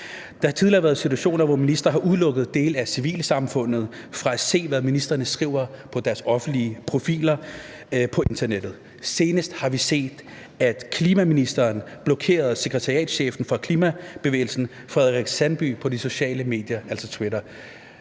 Der har tidligere været situationer, hvor ministre har udelukket dele af civilsamfundet fra at se, hvad ministrene skriver på deres offentlige profiler på internettet. Senest har vi set, at klimaministeren blokerede sekretariatschefen for Klimabevægelsen i Danmark, Frederik Sandby, på de sociale medier, altså Twitter.